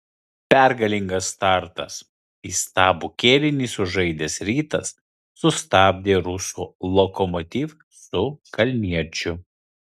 pergalingas startas įstabų kėlinį sužaidęs rytas sustabdė rusų lokomotiv su kalniečiu